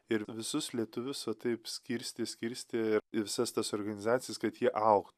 ir visus lietuvius va taip skirstė skirstė į visas tas organizacijas kad jie auk